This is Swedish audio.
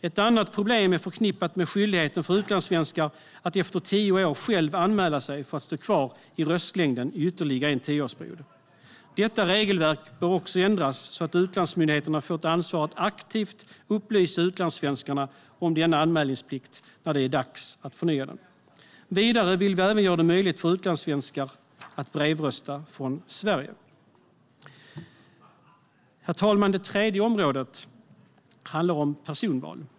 Ett annat problem är förknippat med skyldigheten för utlandssvenskar att efter tio år själv anmäla sig för att stå kvar i röstlängden i ytterligare en tioårsperiod. Detta regelverk bör ändras, så att utlandsmyndigheterna får ett ansvar för att aktivt upplysa utlandssvenskarna om denna anmälningsplikt när det är dags att förnya. Vidare vill vi även göra det möjligt för utlandssvenskar att brevrösta från Sverige. Herr talman! Det tredje området handlar om personval.